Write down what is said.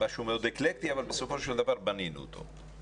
משהו מאוד אקלטי אבל בסופו של דבר בנינו אותו.